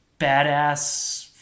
badass